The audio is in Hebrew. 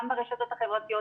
גם ברשתות החברתיות.